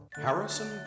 Harrison